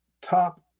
top